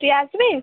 তুই আসবি